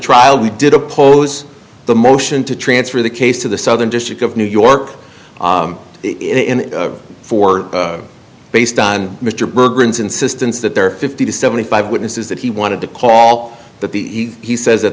trial he did oppose the motion to transfer the case to the southern district of new york in four based on mr berger insistence that there are fifty to seventy five witnesses that he wanted to call that he says that